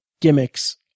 gimmicks